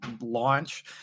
launch